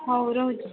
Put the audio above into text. ହଉ ରହୁଛି